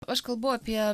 aš kalbu apie